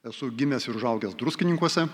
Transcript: esu gimęs ir užaugęs druskininkuose